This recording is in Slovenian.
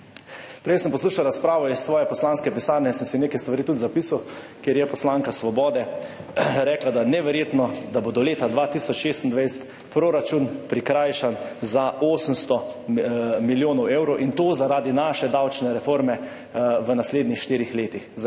Prej sem poslušal razpravo iz svoje poslanske pisarne, neke stvari sem si tudi zapisal. Poslanka Svobode je, neverjetno, rekla, da bo do leta 2026 proračun prikrajšan za 800 milijonov evrov, in to zaradi naše davčne reforme v naslednjih štirih letih.